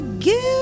Give